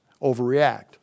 overreact